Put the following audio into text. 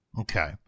Okay